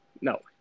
No